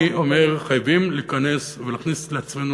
אני אומר: חייבים להיכנס ולהכניס לעצמנו